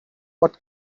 what